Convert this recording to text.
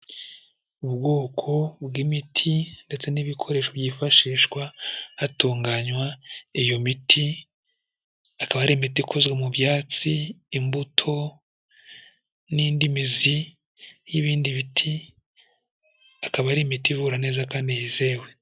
Ubwoko bw'imiti ndetse n'ibikoresho byifashishwa hatunganywa iyo miti, akaba ari imiti ikozwe mu byatsi, imbuto n'indi mizi y'ibindi biti, akaba ari imiti ivura neza kandi yizewe.